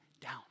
down